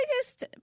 biggest